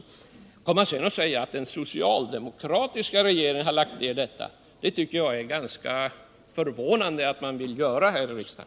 Att mot denna bakgrund komma och säga att den socialdemokratiska regeringen har lagt ner projektet tycker jag är ganska förvånande.